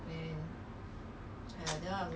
right 要吃什么就吃什么